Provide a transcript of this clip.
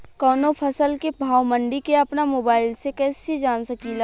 कवनो फसल के भाव मंडी के अपना मोबाइल से कइसे जान सकीला?